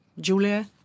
Julia